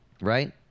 Right